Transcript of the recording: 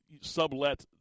sublet